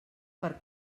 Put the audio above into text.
per